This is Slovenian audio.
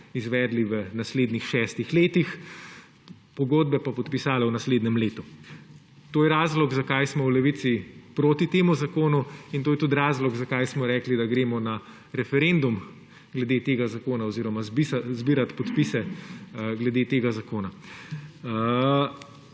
izvedli v naslednjih šestih letih, pogodbe pa podpisale v naslednjem letu. To je razlog, zakaj smo v Levici proti temu zakonu, in to je tudi razlog, zakaj smo rekli, da gremo na referendum glede tega zakona oziroma zbirat podpise glede tega zakona.